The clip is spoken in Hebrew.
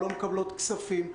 לא מקבלות כספים,